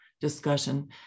discussion